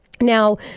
now